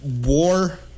war